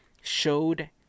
showed